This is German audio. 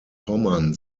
pommern